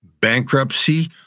bankruptcy